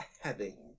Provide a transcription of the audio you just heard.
heavy